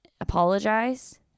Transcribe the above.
apologize